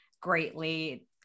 greatly